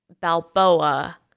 Balboa